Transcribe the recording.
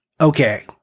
okay